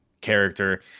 character